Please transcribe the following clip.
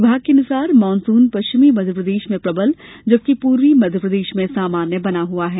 विभाग के अनुसार मानसून पश्चिमी मध्यप्रदेश में प्रबल जबकि पूर्वी मध्यप्रदेश में सामान्य बना हुआ है